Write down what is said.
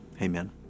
Amen